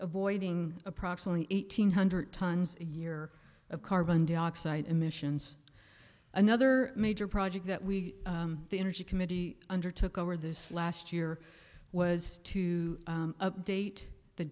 avoiding approximately eight hundred tons a year of carbon dioxide emissions another major project that we the energy committee under took over this last year was to update the